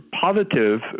positive